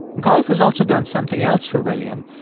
golf has also done something else for william.